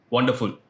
Wonderful